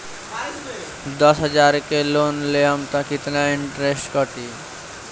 दस हजार के लोन लेहम त कितना इनट्रेस कटी?